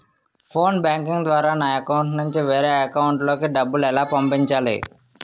Phone banking ద్వారా నా account నుంచి వేరే అకౌంట్ లోకి డబ్బులు ఎలా పంపించాలి?